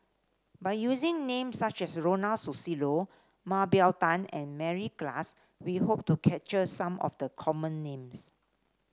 by using names such as Ronald Susilo Mah Bow Tan and Mary Klass we hope to capture some of the common names